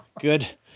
good